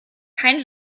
kein